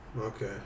okay